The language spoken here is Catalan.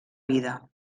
vida